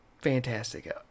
fantastic